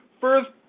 First